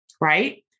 Right